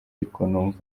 bitwaye